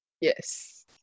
Yes